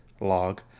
log